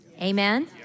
Amen